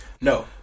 No